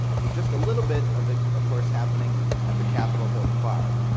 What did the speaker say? with just a little bit of it, of course, happening at the capitol hilton bar.